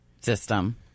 system